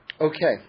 Okay